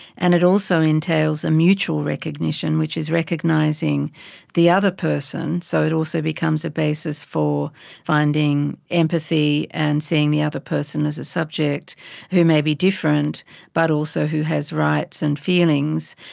and it also entails a mutual recognition which is recognising the other person, so it also becomes a basis for finding empathy and seeing the other person as a subject who may be different but also who has rights and feelings,